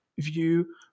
view